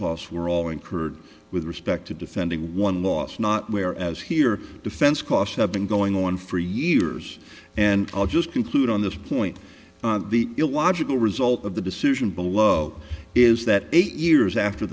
costs were all incurred with respect to defending one loss not where as here defense costs have been going on for years and i'll just conclude on this point the illogical result of the decision below is that eight years after